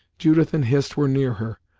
judith and hist were near her,